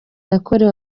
yakorewe